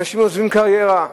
אנשים עוזבים קריירה,